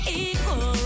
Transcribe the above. equal